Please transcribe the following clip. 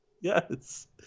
Yes